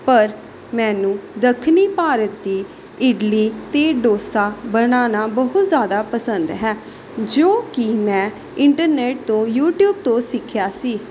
ਪਰ ਮੈਨੂੰ ਦੱਖਣੀ ਭਾਰਤ ਦੀ ਇਡਲੀ ਅਤੇ ਡੋਸਾ ਬਣਾਉਣਾ ਬਹੁਤ ਜ਼ਿਆਦਾ ਪਸੰਦ ਹੈ ਜੋ ਕਿ ਮੈਂ ਇੰਟਰਨੈੱਟ ਤੋਂ ਯੂਟੀਊਬ ਤੋਂ ਸਿੱਖਿਆ ਸੀ